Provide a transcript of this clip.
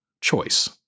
choice